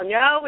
no